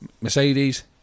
Mercedes